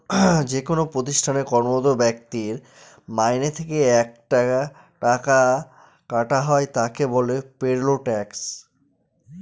যেকোনো প্রতিষ্ঠানে কর্মরত ব্যক্তির মাইনে থেকে একটা টাকা কাটা হয় যাকে বলে পেরোল ট্যাক্স